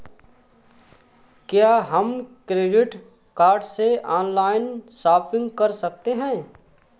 क्या हम credit card से ऑनलाइन शॉपिंग कर सकते हैं?